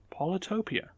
Polytopia